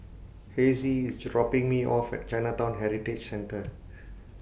Hezzie IS dropping Me off At Chinatown Heritage Centre